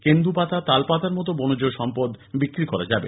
কেন্দু পাতা তালপাতার মতো বনজ সম্পদ বিক্রি করা যাবে